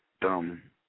dumb